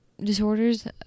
disorders